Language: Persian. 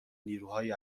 نیروهای